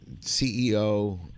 CEO